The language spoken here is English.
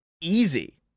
easy